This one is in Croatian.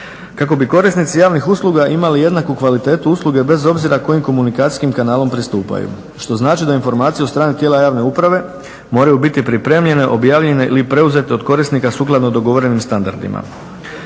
Kako bi korisnici javnih usluga imali jednaku kvalitetu usluge bez obzira kojim komunikacijskim kanalom pristupaju što znači da informacije stranog tijela javne uprave moraju biti pripremljene, objavljene ili preuzete od korisnika sukladno dogovorenim standardima.